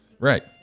Right